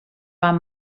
van